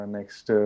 Next